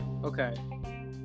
Okay